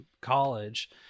college